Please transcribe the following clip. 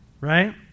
right